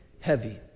heavy